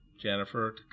Jennifer